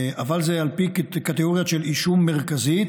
אבל זה על פי קטגוריות של אישום מרכזי.